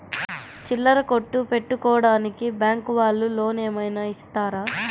చిల్లర కొట్టు పెట్టుకోడానికి బ్యాంకు వాళ్ళు లోన్ ఏమైనా ఇస్తారా?